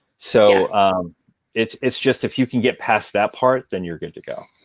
so it's it's just if you can get past that part, then you're going to go.